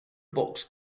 box